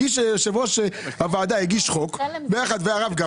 הגיש יושב ראש הוועדה הצעת חוק ביחד עם הרב גפני.